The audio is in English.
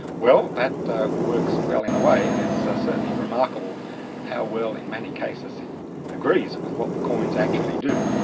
well, that that works well in a way, and it's so certainly remarkable how well in many cases it agrees with what the coins actually do.